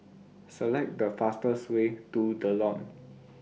Select The fastest Way to The Lawn